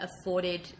afforded